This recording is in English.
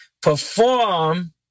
perform